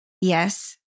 Yes